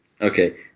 Okay